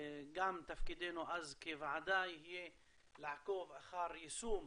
תפקידנו אז כוועדה יהיה גם לעקוב אחר יישום